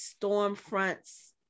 Stormfront's